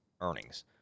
earnings